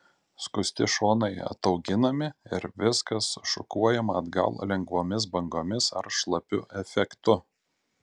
skusti šonai atauginami ir viskas šukuojama atgal lengvomis bangomis ar šlapiu efektu